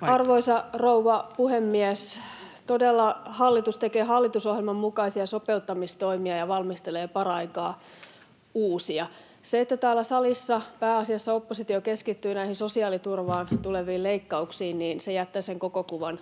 Arvoisa rouva puhemies! Todella, hallitus tekee hallitusohjelman mukaisia sopeuttamistoimia ja valmistelee paraikaa uusia. Se, että täällä salissa pääasiassa oppositio keskittyy näihin sosiaaliturvaan tuleviin leikkauksiin, jättää sen koko kuvan